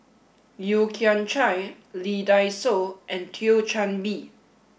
Yeo Kian Chye Lee Dai Soh and Thio Chan Bee